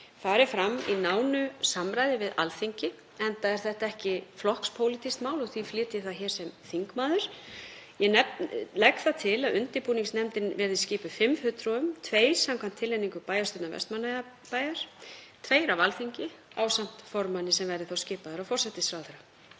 fari fram í nánu samráði við Alþingi, enda er þetta ekki flokkspólitískt mál og því flyt ég það hér sem þingmaður. Ég legg það til að undirbúningsnefndin verði skipuð fimm fulltrúum. Tveir skulu skipaðir samkvæmt tilnefningu bæjarstjórnar Vestmannaeyjabæjar, tveir af Alþingi ásamt formanni sem verður þá skipaður af forsætisráðherra.